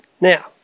now